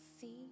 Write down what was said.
see